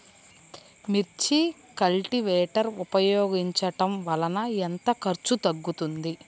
మిర్చి కల్టీవేటర్ ఉపయోగించటం వలన ఎంత ఖర్చు తగ్గుతుంది?